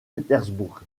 pétersbourg